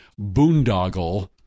boondoggle